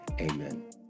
amen